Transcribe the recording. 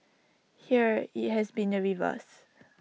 here IT has been the reverse